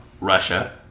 Russia